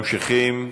ממשיכים.